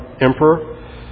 emperor